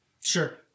Sure